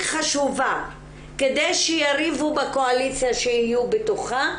חשובה כדי שיריבו בקואליציה שיהיו בתוכה,